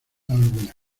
alguna